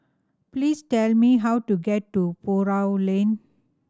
please tell me how to get to Buroh Lane